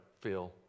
feel